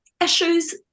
issues